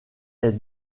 est